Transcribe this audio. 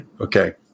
Okay